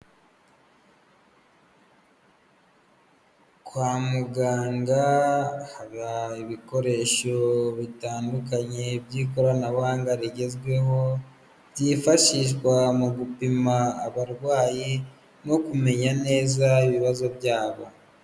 Kwa muganga haba ibikoresho bitandukanye by'ikoranabuhanga rigezweho, byifashishwa mu gupima abarwayi no kumenya neza ibibazo byabo.